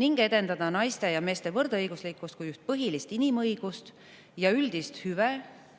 ning edendada naiste ja meeste võrdõiguslikkust kui üht põhilist inimõigust ja üldist hüve